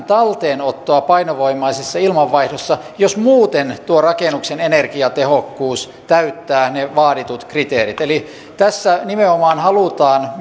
talteenottoa painovoimaisessa ilmanvaihdossa jos muuten rakennuksen energiatehokkuus täyttää ne vaaditut kriteerit eli tässä nimenomaan halutaan